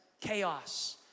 chaos